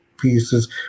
pieces